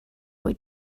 were